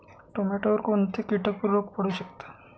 टोमॅटोवर कोणते किटक रोग पडू शकतात?